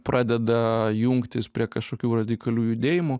pradeda jungtis prie kažkokių radikalių judėjimų